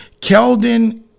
Keldon